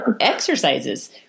exercises